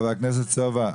חבר הכנסת סובה,